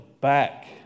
back